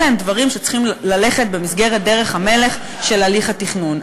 אלה הם דברים שצריכים ללכת בדרך המלך של הליך התכנון.